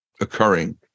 occurring